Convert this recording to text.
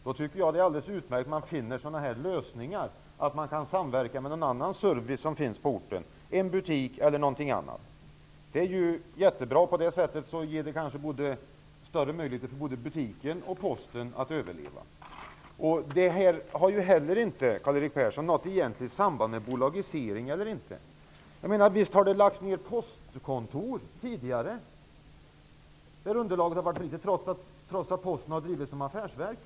Då tycker jag att det är alldeles utmärkt att man finner sådana här lösningar, så att Posten kan samverka med någon annan service som finns på orten, en butik eller någonting annat. Det är ju jättebra. På det sättet kanske både butiken och postkontoret får större möjligheter att överleva. Det här har heller inte, Karl-Erik Persson, något egentligt samband med frågan om en bolagisering. Visst har det lagts ner postkontor tidigare på orter där underlaget har varit dåligt. Detta har skett trots att Posten har drivits som affärsverk.